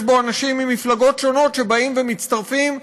בו אנשים ממפלגות שונות שבאים ומצטרפים,